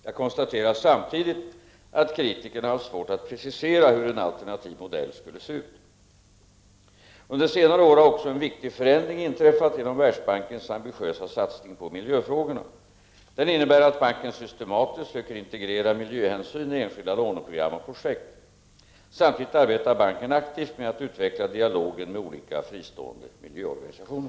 Jag konstaterar samtidigt att kritikerna haft svårt att precisera hur en alternativ modell skulle se ut. Under senare år har också en viktig förändring inträffat genom Världsbankens ambitiösa satsning på miljöfrågorna. Den innebär att banken systematiskt söker integrera miljöhänsyn i enskilda låneprogram och projekt. Samtidigt arbetar banken aktivt med att utveckla dialogen med olika fristående miljöorganisationer.